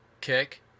kick